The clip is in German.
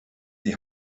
die